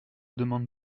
demande